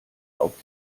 auf